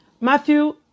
Matthew